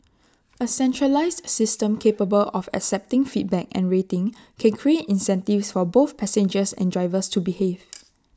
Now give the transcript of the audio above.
A centralised A system capable of accepting feedback and rating can create incentives for both passengers and drivers to behave